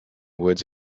woods